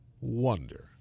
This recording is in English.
wonder